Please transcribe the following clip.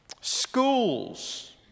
schools